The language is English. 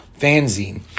fanzine